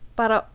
para